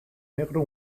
negro